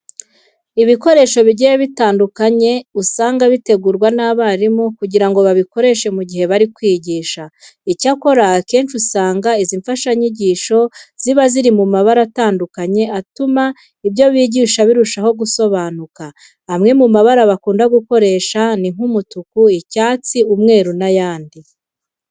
Ibikoresho bigiye bitandukanye usanga bitegurwa n'abarimu kugira ngo babikoreshe mu gihe bari kwigisha. Icyakora akenshi usanga izi mfashanyigisho ziba ziri mu mabara atandukanye atuma ibyo bigisha birushaho gusobanuka. Amwe mu mabara bakunda gukoresha ni nk'umutuku, icyatsi, umweru n'ayandi.